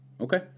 Okay